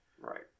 Right